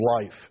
life